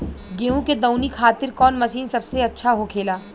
गेहु के दऊनी खातिर कौन मशीन सबसे अच्छा होखेला?